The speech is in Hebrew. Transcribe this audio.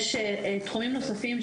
יש תחומים נוספים,